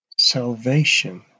Salvation